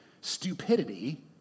stupidity